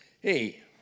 hey